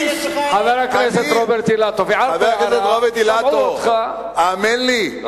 חבר הכנסת רוברט אילטוב, הערת הערה, שמעו אותך.